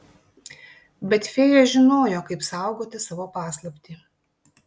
bet fėja žinojo kaip saugoti savo paslaptį